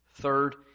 Third